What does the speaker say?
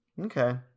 okay